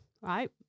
right